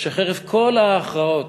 שחרף כל ההכרעות